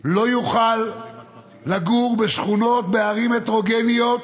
לא יוכל לגור בשכונות בערים הטרוגניות,